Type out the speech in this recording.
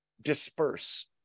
disperse